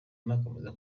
nakomeza